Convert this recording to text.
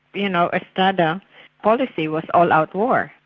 you know, estrada policy was all-out war,